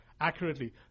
accurately